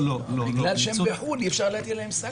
בגלל שהם בחו"ל אי-אפשר להטיל עליהם סנקציות.